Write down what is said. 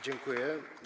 Dziękuję.